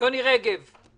או ייתכן